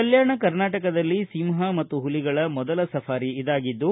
ಕಲ್ನಾಣ ಕರ್ನಾಟಕದಲ್ಲಿ ಸಿಂಹ ಮತ್ತು ಹುಲಿಗಳ ಮೊದಲ ಸಫಾರಿ ಇದಾಗಿದ್ದು